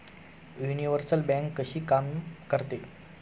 Universal bank कशी काम करते?